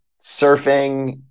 surfing